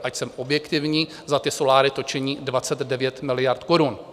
Ať jsem objektivní, za soláry to činí 29 miliard korun.